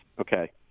Okay